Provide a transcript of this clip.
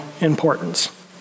importance